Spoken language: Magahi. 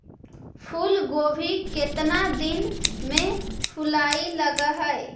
फुलगोभी केतना दिन में फुलाइ लग है?